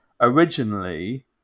originally